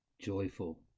joyful